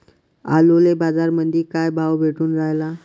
आलूले बाजारामंदी काय भाव भेटून रायला?